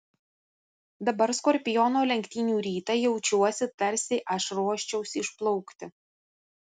dabar skorpiono lenktynių rytą jaučiuosi tarsi aš ruoščiausi išplaukti